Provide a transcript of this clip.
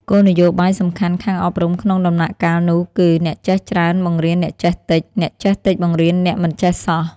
គោលនយោបាយសំខាន់ខាងអប់រំក្នុងដំណាក់កាលនោះគឺ "អ្នកចេះច្រើនបង្រៀនអ្នកចេះតិច អ្នកចេះតិចបង្រៀនអ្នកមិនចេះសោះ"។